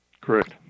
Correct